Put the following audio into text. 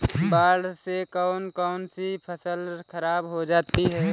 बाढ़ से कौन कौन सी फसल खराब हो जाती है?